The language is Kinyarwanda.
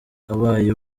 abaye